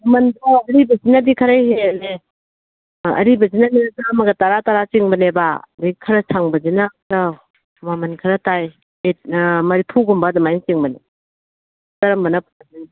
ꯃꯃꯟꯗꯣ ꯑꯔꯤꯕꯁꯤꯅꯗꯤ ꯈꯔ ꯍꯦꯜꯂꯦ ꯑꯔꯤꯕꯁꯤꯅꯗꯤ ꯆꯥꯝꯃꯒ ꯇꯔꯥ ꯇꯔꯥ ꯆꯤꯡꯕꯅꯦꯕ ꯑꯗꯒꯤ ꯈꯔ ꯁꯪꯕꯁꯤꯅ ꯃꯃꯟ ꯈꯔ ꯇꯥꯏ ꯃꯔꯐꯨꯒꯨꯝꯕ ꯑꯗꯨꯃꯥꯏꯅ ꯆꯤꯡꯕꯅꯦ ꯀꯔꯝꯕꯅ